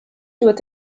doit